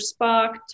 Spock